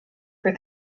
for